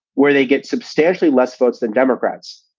where they get substantially less votes than democrats,